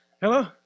Hello